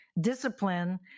discipline